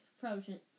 frozen